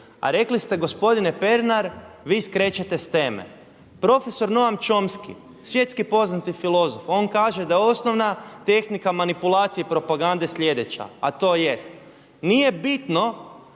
a rekli ste gospodine Pernar vi skrećete s teme. Profesor Noam Chomsky svjetski poznati filozof on kaže da osnovna tehnika manipulacije propagande je sljedeća, a to jest nije bitno